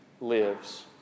lives